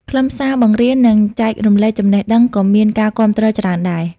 ខ្លឹមសារបង្រៀននិងចែករំលែកចំណេះដឹងក៏មានការគាំទ្រច្រើនដែរ។